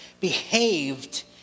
behaved